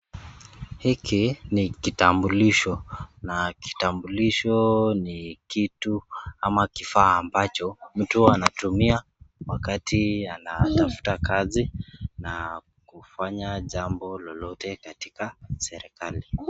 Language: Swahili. hiki ni kitambulisho na kitambulisho ni kitu ama kifaa ambacho mtu anatumia wakati anatafuta kazi na kufanya jambo lolote katika serekali.